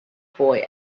boy